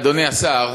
אדוני השר,